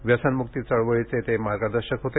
व्यसनमुक्ती चळवळीचे ते मार्गदर्शक होते